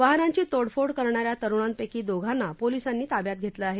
वाहनांची तोडफोड करणाऱ्या तरुणांपैकी दोघांना पोलिसांनी ताब्यात घेतलं आहे